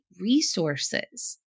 resources